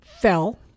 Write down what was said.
fell